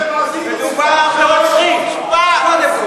אתם עשיתם, מדובר ברוצחים, קודם כול.